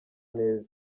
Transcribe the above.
neza